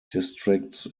districts